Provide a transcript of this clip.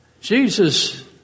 Jesus